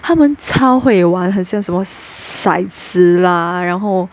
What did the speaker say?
他们超会玩很像什么啥子啦然后